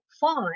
Five